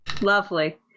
lovely